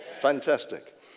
Fantastic